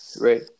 Right